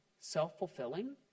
self-fulfilling